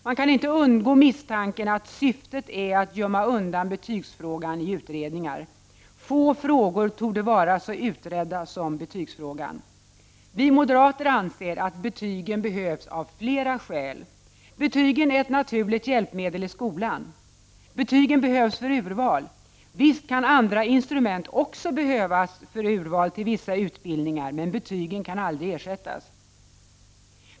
Man kan inte undgå misstanken att syftet är att gömma undan betygsfrågan i utredningar. Få frågor torde vara så utredda som betygsfrågan! Vi moderater anser att betygen behövs av flera skäl: Betygen är ett naturligt hjälpmedel i skolan. Betygen behövs för urval. Visst kan andra instrument också behövas för urval till vissa utbildningar, men betygen kan aldrig ersättas.